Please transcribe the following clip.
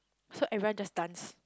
so everyone just dance